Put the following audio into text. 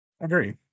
Agree